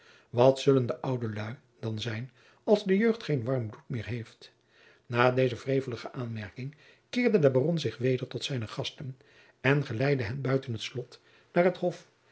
wat zullen de oude lui dan zijn als de jeugd geen warm bloed meer heeft na deze wrevelige aanmerking keerde de baron zich weder tot zijne gasten en geleidde hen buiten het jacob van lennep de pleegzoon slot naar den hof